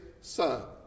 Son